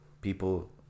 people